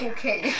Okay